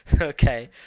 Okay